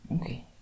Okay